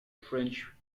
french